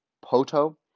Poto